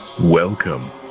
Welcome